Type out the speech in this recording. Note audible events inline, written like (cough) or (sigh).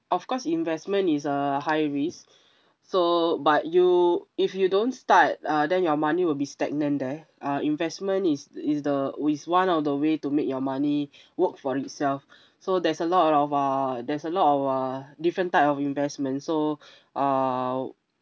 of course investment is a high risk (breath) so but you if you don't start uh then your money will be stagnant there uh investment is is the w~ is one of the way to make your money (breath) work for itself (breath) so there's a lot of uh there's a lot of uh different type of investment so (breath) uh